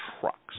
trucks